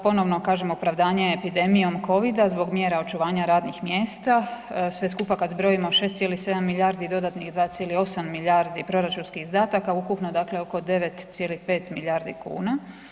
Ponovno kažem, opravdanje epidemijom COVID-a zbog mjera očuvanja radnih mjesta, sve skupa kad zbrojimo, 16,7 milijardi dodatnih, 2,8 milijardi proračunskih izdataka, ukupno dakle oko 9,5 milijardi kuna.